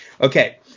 Okay